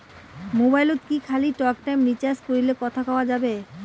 মোবাইলত কি খালি টকটাইম রিচার্জ করিলে কথা কয়া যাবে?